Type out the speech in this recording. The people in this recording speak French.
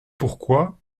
pourquoi